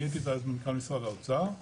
אני הייתי אז מנכ"ל משרד האוצר,